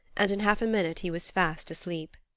and in half a minute he was fast asleep.